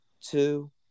two